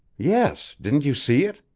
yes didn't you see it?